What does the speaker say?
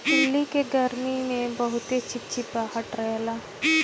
दिल्ली के गरमी में बहुते चिपचिपाहट रहेला